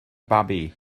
babi